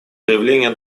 проявления